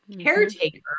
caretaker